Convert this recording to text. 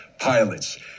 pilots